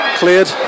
cleared